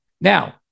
Now